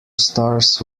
stars